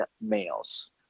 males